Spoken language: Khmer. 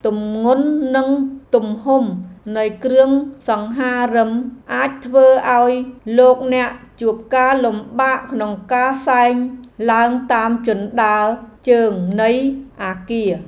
ទម្ងន់និងទំហំនៃគ្រឿងសង្ហារិមអាចធ្វើឱ្យលោកអ្នកជួបការលំបាកក្នុងការសែងឡើងតាមជណ្ដើរជើងនៃអគារ។